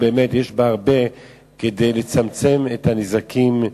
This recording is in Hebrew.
יש בה הרבה כדי לצמצם את הנזקים.